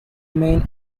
main